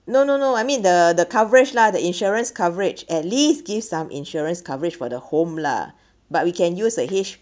no no no I mean the the coverage lah the insurance coverage at least give some insurance coverage for the home lah but we can use a H